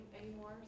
anymore